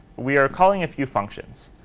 we are calling a few functions.